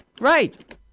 Right